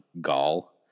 gall